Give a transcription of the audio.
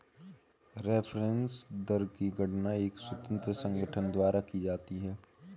reference दर की गणना एक स्वतंत्र संगठन द्वारा की जाती है